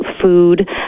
food